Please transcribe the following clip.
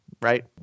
right